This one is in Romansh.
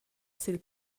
sil